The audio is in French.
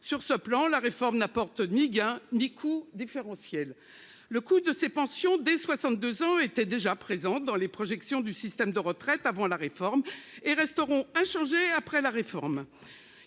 sur ce plan, la réforme n'apporte ni gain ni coût différentiel. Le coût de ces pensions des 62 ans, était déjà présente dans les projections du système de retraite, avant la réforme et resteront inchangés après la réforme.